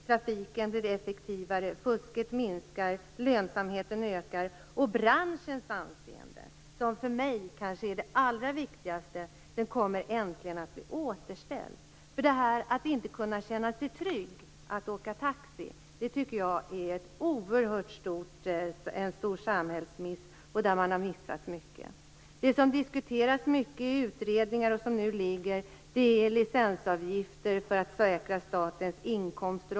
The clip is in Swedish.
Trafiken blir effektivare. Fusket minskar. Lönsamheten ökar. Branschens anseende, som för mig kanske är allra viktigast, blir äntligen återställt. Att inte kunna känna sig trygg när man åker taxi tycker jag är en oerhört stor samhällsmiss. Det som diskuterats mycket i utredningar och som nu föreligger är förslag om licensavgifter för att säkra statens inkomster.